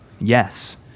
Yes